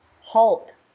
halt